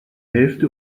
hälfte